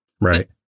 Right